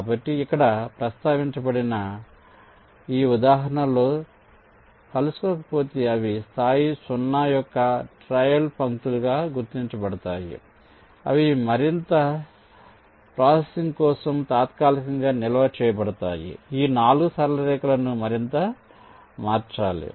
కాబట్టి ఇక్కడ ప్రస్తావించబడిన ఇవి ఈ ఉదాహరణలో కలుసుకోకపోతే అవి స్థాయి 0 యొక్క ట్రయల్ పంక్తులుగా గుర్తించ బడతాయి ఇవి మరింత ప్రాసెసింగ్ కోసం తాత్కాలికంగా నిల్వ చేయబడతాయి ఈ 4 సరళ రేఖలను మరింత మార్చాలి